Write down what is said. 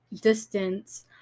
distance